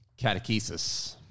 Catechesis